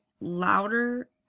louder